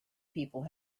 people